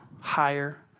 higher